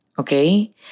Okay